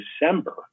December